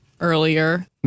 earlier